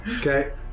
Okay